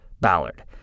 Ballard